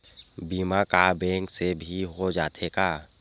बीमा का बैंक से भी हो जाथे का?